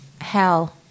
Hell